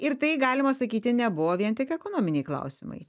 ir tai galima sakyti nebuvo vien tik ekonominiai klausimai